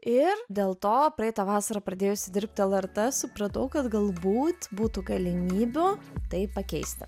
ir dėl to praeitą vasarą pradėjusi dirbti lrt supratau kad galbūt būtų galimybių tai pakeisti